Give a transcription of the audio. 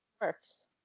works